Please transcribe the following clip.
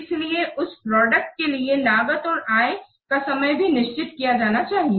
इसलिए उस प्रोडक्ट के लिए लागत और आय का समय भी निर्धारित किया जाना चाहिए